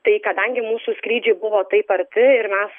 tai kadangi mūsų skrydžiai buvo taip arti ir mes